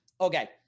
Okay